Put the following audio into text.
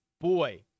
Boy